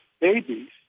babies